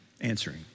answering